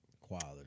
Quality